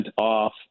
off